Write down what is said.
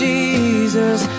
Jesus